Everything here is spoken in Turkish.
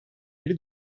beri